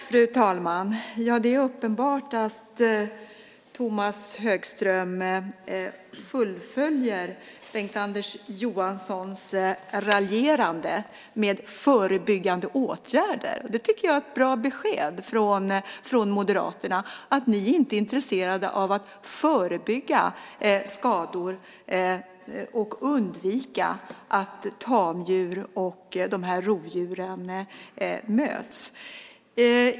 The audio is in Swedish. Fru talman! Det är uppenbart att Tomas Högström fullföljer Bengt-Anders Johanssons raljerande med förebyggande åtgärder. Det är ett bra besked från Moderaterna om att ni inte är intresserade av att förebygga skador och undvika att tamdjur och rovdjuren möts.